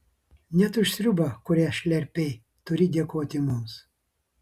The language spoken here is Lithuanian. net už sriubą kurią šlerpei turi dėkoti mums